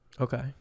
Okay